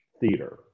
theater